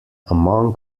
among